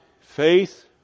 faith